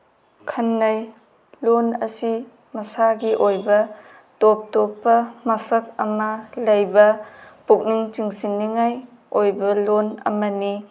ꯈꯟꯅꯩ ꯂꯣꯟ ꯑꯁꯤ ꯃꯁꯥꯒꯤ ꯑꯣꯏꯕ ꯇꯣꯞ ꯇꯣꯞꯄ ꯃꯁꯛ ꯑꯃ ꯂꯩꯕ ꯄꯨꯛꯅꯤꯡ ꯆꯤꯡꯁꯟꯅꯤꯉꯥꯏ ꯑꯣꯏꯕ ꯂꯣꯟ ꯑꯃꯅꯤ